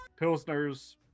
Pilsners